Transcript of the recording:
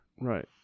Right